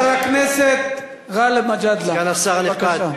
סגן השר הנכבד,